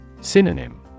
Synonym